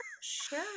sure